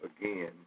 again